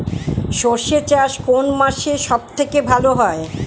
সর্ষে চাষ কোন মাসে সব থেকে ভালো হয়?